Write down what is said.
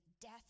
death